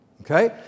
okay